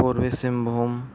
Singhbhum